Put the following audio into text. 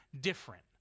different